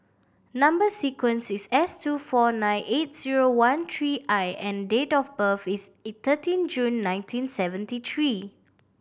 number sequence is S two four nine eight zero one three I and date of birth is thirteen June nineteen seventy three